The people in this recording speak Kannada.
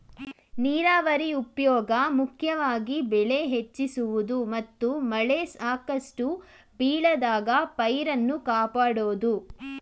ನೀರಾವರಿ ಉಪ್ಯೋಗ ಮುಖ್ಯವಾಗಿ ಬೆಳೆ ಹೆಚ್ಚಿಸುವುದು ಮತ್ತು ಮಳೆ ಸಾಕಷ್ಟು ಬೀಳದಾಗ ಪೈರನ್ನು ಕಾಪಾಡೋದು